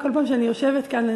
כל פעם שאני יושבת כאן,